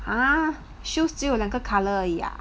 ha shoes 只有两个 colour 而已 ah